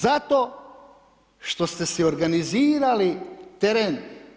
Zato što st si organizirali teren.